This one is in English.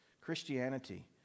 Christianity